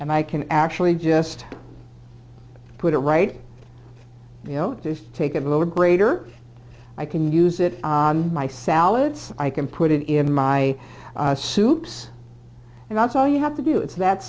and i can actually just put it right you know just take of a greater i can use it my salads i can put it in my soups and that's all you have to do it's that